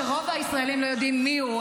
שרוב הישראלים לא יודעים מי הוא,